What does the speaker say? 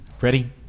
ready